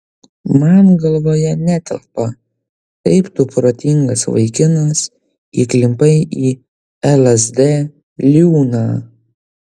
man galvoje netelpa kaip tu protingas vaikinas įklimpai į lsd liūną